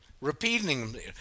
repeating